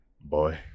Boy